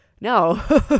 no